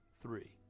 three